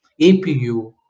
APU